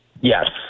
Yes